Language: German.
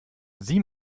sieh